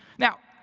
now,